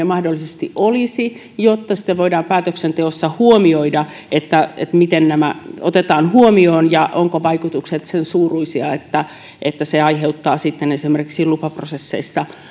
mahdollisesti olisi jotta sitten voidaan päätöksenteossa huomioida miten nämä otetaan huomioon ja ovatko vaikutukset sen suuruisia että että se aiheuttaa sitten esimerkiksi lupaprosesseissa